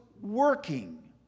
working